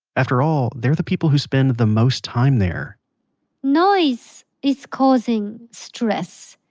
after all, they're the people who spend the most time there noise is causing stress,